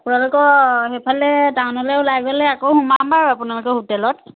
আপোনালোকৰ সেইফালে টাউনলে ওলাই গ'লে আকৌ সোমাম বাৰু আপোনালোকৰ হোটেলত